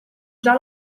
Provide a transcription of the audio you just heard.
già